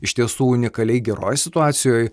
iš tiesų unikaliai geroj situacijoj